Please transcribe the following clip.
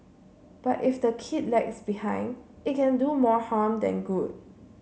but if the kid lags behind it can do more harm than good